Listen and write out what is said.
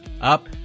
up